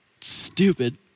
stupid